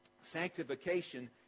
sanctification